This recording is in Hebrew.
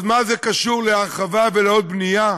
אבל מה זה קשור להרחבה ולעוד בנייה?